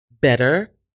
better